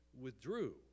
withdrew